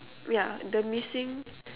yeah the missing